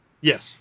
Yes